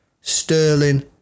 Sterling